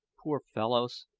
poor fellows!